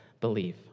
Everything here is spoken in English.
believe